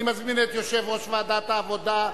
אני מזמין את יושב-ראש ועדת העבודה,